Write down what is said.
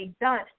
done